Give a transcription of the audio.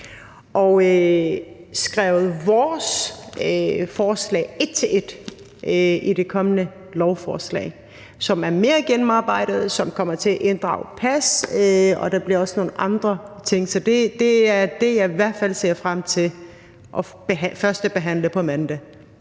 og skrevet vores forslag en til en ind i det kommende lovforslag, som er mere gennemarbejdet, som kommer til at inddrage pas, og der bliver også nogle andre ting. Så det er det, jeg i hvert fald ser frem til at førstebehandle på mandag.